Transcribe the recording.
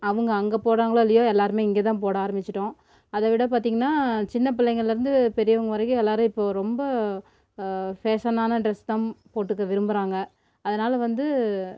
அவங்க அங்கே போடுறாங்களோ இல்லையோ எல்லாருமே இங்கே தான் போட ஆரம்பிச்சுட்டோம் அதை விட பார்த்தீங்கன்னா சின்ன பிள்ளைங்கள்லேருந்து பெரியவங்க வரைக்கும் எல்லாரும் இப்போ ரொம்ப ஃபேஷனாக ஆன டிரெஸ் தான் போட்டுக்க விரும்புறாங்கள் அதுனால் வந்து